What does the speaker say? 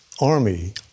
army